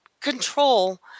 control